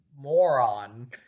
moron